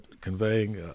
conveying